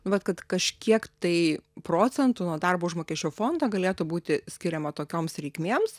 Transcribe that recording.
nu vat kad kažkiek tai procentų nuo darbo užmokesčio fondo galėtų būti skiriama tokioms reikmėms